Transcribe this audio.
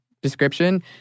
description